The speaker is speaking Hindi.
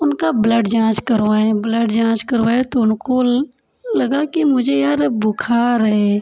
उनका ब्लड जाँच करवाऍं ब्लड जाँच करवाया तो उनको लगा कि मुझे यार बुखार है